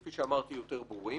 כפי שאמרתי.